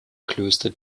klöster